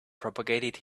propagated